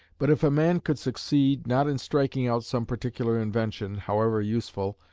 but if a man could succeed, not in striking out some particular invention, however useful,